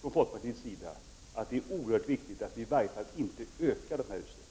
Från folkpartiets sida tycker vi att det är oerhört viktigt att vi i alla fall inte ökar de här utsläppen.